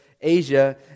Asia